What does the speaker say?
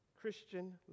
Christian